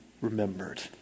remembered